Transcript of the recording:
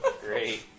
Great